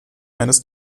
eines